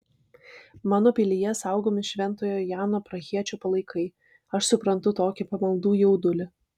mano pilyje saugomi šventojo jano prahiečio palaikai aš suprantu tokį pamaldų jaudulį